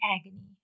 agony